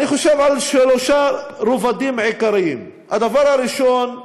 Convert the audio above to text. אני חושב על שלושה רבדים עיקריים: הדבר הראשון,